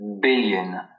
billion